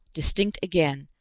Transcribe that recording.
distinct again,